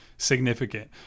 significant